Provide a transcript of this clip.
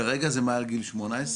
כרגע זה מעל גיל 18,